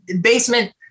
basement